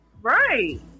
right